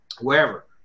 wherever